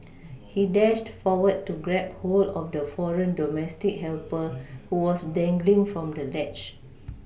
he dashed forward to grab hold of the foreign domestic helper who was dangling from the ledge